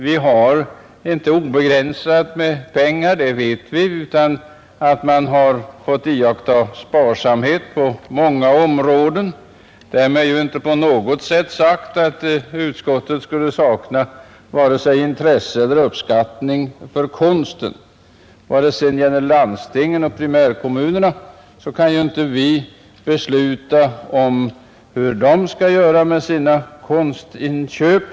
Vi har inte obegränsat med pengar, det vet vi, utan man har fått iaktta sparsamhet på många områden. Därmed är ju inte på något sätt sagt att utskottet skulle sakna vare sig intresse eller uppskattning av konst. Beträffande landstingen och primärkommunerna kan ju inte vi besluta hur de skall göra med sina konstinköp.